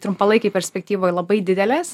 trumpalaikėj perspektyvoj labai didelės